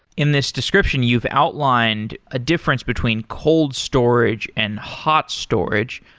in this description, you've outlined a difference between cold storage and hot storage,